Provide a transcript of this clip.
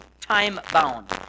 time-bound